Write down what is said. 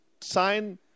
sign